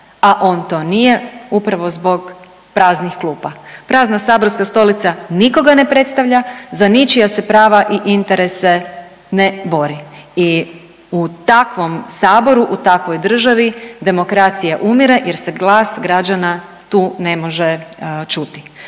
a on to nije upravo zbog praznih klupa. Prazna saborska stolica nikoga ne predstavlja, za ničija se prava i interese ne bori. I u takvom Saboru, u takvoj državi demokracija umire jer se glas građana tu ne može čuti.